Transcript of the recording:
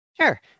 Sure